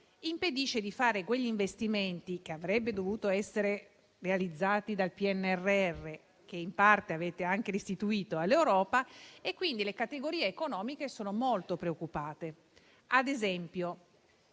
impedisce di fare quegli investimenti che avrebbero dovuto essere realizzati dal PNRR e che in parte avete anche restituito all'Europa. Le categorie economiche sono quindi molto preoccupate. Ad esempio,